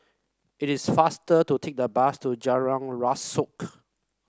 it is faster to take the bus to Jalan Rasok